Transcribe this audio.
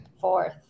Fourth